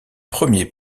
premiers